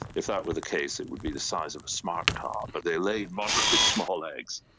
if that were the case it would be the size of a smart car, but they lay moderately small eggs.